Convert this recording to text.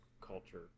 culture